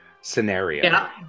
scenario